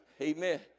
Amen